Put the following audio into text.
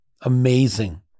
Amazing